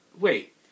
wait